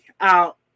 Out